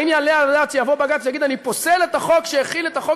האם יעלה על הדעת שיבוא בג"ץ ויגיד: אני פוסל את החוק שהחיל את החוק